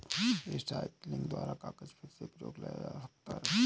recycling द्वारा कागज फिर से प्रयोग मे लाया जा सकता है